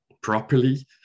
properly